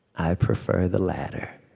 i prefer the latter.